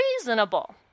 Reasonable